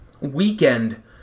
weekend